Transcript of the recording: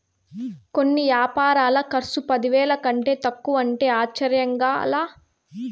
కొన్ని యాపారాల కర్సు పదివేల కంటే తక్కువంటే ఆశ్చర్యంగా లా